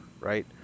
right